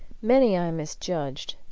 many i misjudged,